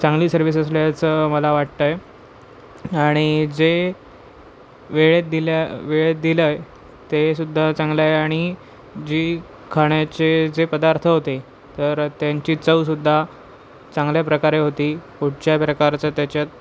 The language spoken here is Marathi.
चांगली सर्विस असल्याचं मला वाटतं आहे आणि जे वेळेत दिल्या वेळेत दिलं आहे ते सुद्धा चांगलं आहे आणि जी खाण्याचे जे पदार्थ होते तर त्यांची चव सुद्धा चांगल्या प्रकारे होती कुठच्याही प्रकारचं त्याच्यात